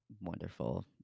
wonderful